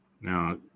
Now